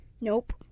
Nope